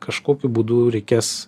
kažkokiu būdu reikės